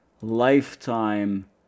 lifetime